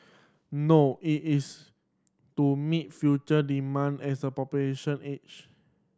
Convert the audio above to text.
no it is to meet future demand as the population age